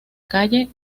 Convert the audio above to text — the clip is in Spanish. calle